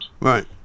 Right